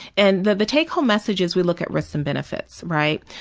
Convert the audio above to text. and the the take home messages we look at with some benefits. right?